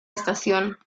estación